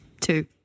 Two